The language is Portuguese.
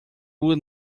rua